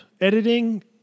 editing